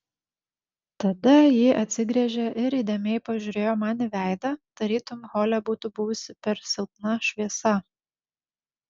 tada ji atsigręžė ir įdėmiai pažiūrėjo man į veidą tarytum hole būtų buvusi per silpna šviesa